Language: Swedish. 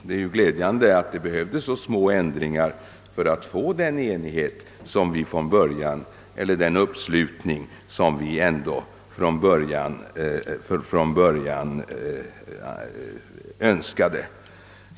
Det är glädjande att det behövdes så små ändringar för att få den uppslutning som vi ändå från början önskade.